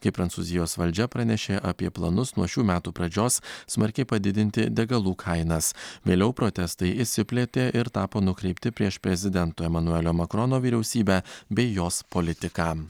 kai prancūzijos valdžia pranešė apie planus nuo šių metų pradžios smarkiai padidinti degalų kainas vėliau protestai išsiplėtė ir tapo nukreipti prieš prezidento emanuelio makrono vyriausybę bei jos politiką